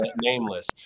nameless